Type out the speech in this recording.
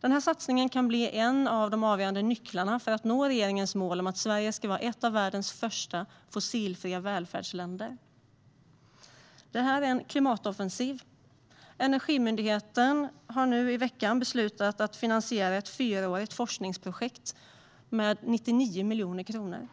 Denna satsning kan bli en av de avgörande nycklarna för att nå regeringens mål att Sverige ska vara ett av världens första fossilfria välfärdsländer. Det här är en klimatoffensiv. Energimyndigheten har nu i veckan beslutat att finansiera ett fyraårigt forskningsprojekt med 99 miljoner kronor.